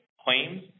claims